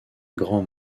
grands